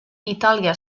itàlia